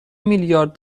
میلیارد